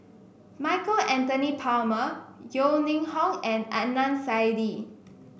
Michael Anthony Palmer Yeo Ning Hong and Adnan Saidi